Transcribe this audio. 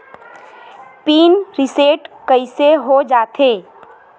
Pin reset कइसे हो जाथे?